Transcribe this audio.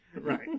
Right